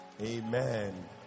Amen